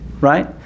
Right